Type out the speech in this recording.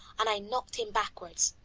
and i knocked him backwards.